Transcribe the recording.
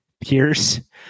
Pierce